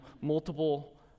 multiple